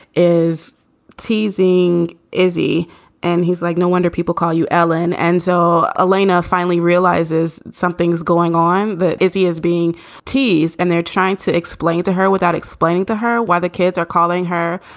is teasing izzy and he's like, no wonder people call you alan. enzo allina finally realizes something's going on. that is, he is being teased and they're trying to explain to her without explaining to her why the kids are calling her.